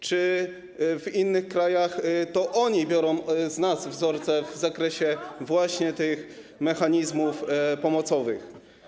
czy w innych krajach to oni biorą z nas wzorce w zakresie tych mechanizmów pomocowych?